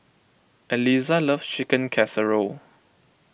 Eliza loves Chicken Casserole